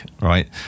right